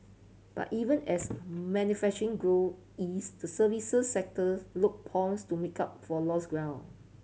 but even as manufacturing grow eased the services sector look poised to make up for lost ground